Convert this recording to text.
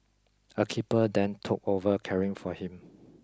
a keeper then took over caring for him